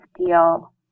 steel